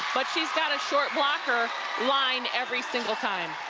but she's got a short block her line every single time.